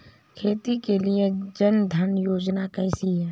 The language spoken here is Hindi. खेती के लिए जन धन योजना कैसी है?